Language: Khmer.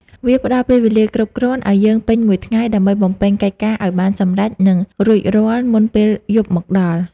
វាផ្ដល់ពេលវេលាគ្រប់គ្រាន់ ឱ្យយើងពេញមួយថ្ងៃដើម្បីបំពេញកិច្ចការឱ្យបានសម្រេច និងរួចរាល់មុនពេលយប់មកដល់ ។